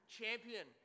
champion